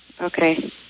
Okay